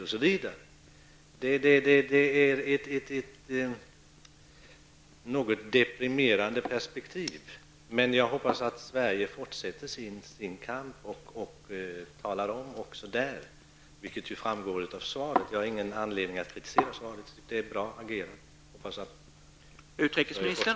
Perspektivet är något deprimerande, men jag hoppas att Sverige fortsätter sin kamp, och det framgår ju också av svaret, som jag inte har någon anledning att kritisera.